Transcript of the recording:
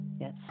Yes